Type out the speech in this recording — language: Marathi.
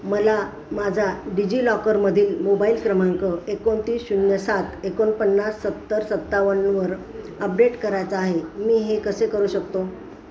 मला माझा डिजिलॉकरमधील मोबाईल क्रमांक एकोणतीस शून्य सात एकोणपन्नास सत्तर सत्तावन्नवर अपडेट करायचा आहे मी हे कसे करू शकतो